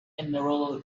innumerable